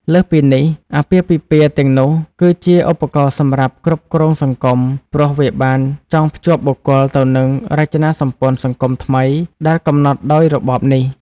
លើសពីនេះ អាពាហ៍ពិពាហ៍ទាំងនោះគឺជាឧបករណ៍សម្រាប់គ្រប់គ្រងសង្គម ព្រោះវាបានចងភ្ជាប់បុគ្គលទៅនឹងរចនាសម្ព័ន្ធសង្គមថ្មីដែលកំណត់ដោយរបបនេះ។